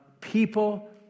people